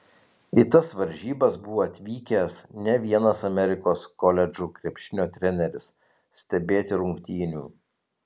į tas varžybas buvo atvykęs ne vienas amerikos koledžų krepšinio treneris stebėti rungtynių